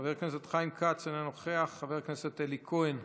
חבר הכנסת חיים כץ, אינו נוכח, חבר הכנסת אלי כהן,